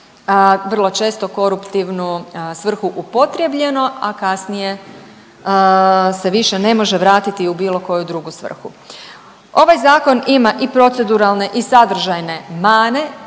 vrlo često koruptivnu svrhu upotrijebljeno, a kasnije se više ne može vratiti u bilo koju drugu svrhu. Ovaj zakon ima i proceduralne i sadržajne mane,